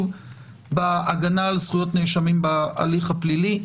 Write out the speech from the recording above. של הגנה על זכויות נאשמים בהליך הפלילי.